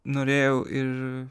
norėjau ir